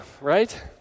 right